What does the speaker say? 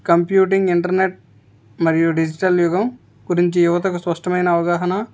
computing internet మరియు digital యుగం గురించి యువతకు స్పష్టమైన అవగాహన